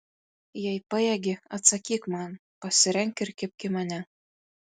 jei pajėgi atsakyk man pasirenk ir kibk į mane